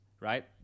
right